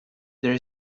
there